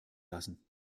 lassen